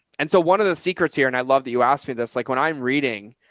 and so one of the secrets here, and i love that you asked me this, like when i'm reading.